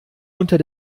unter